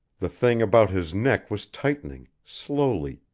the thing about his neck was tightening, slowly,